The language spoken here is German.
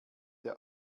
der